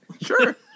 Sure